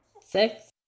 Six